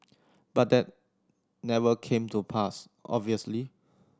but that never came to pass obviously